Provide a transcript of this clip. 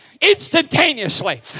instantaneously